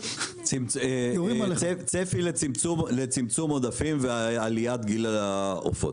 צפי לצמצום עודפים ועליית גיל העופות.